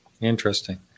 interesting